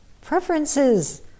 preferences